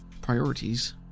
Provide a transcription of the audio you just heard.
priorities